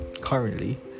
currently